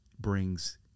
brings